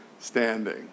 Standing